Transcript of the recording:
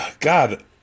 God